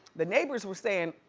the neighbors were saying,